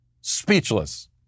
speechless